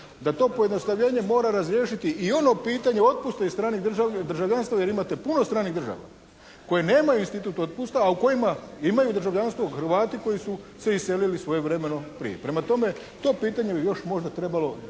Da to pojednostavljenje mora razriješiti i ono pitanje otpusta stranih državljanstva jer imate puno stranih država koje nemaju institut otpusta a u kojima državljanstvo Hrvati koji su se iselili svojevremeno prije. Prema tome, to pitanje bi još možda trebalo u nekim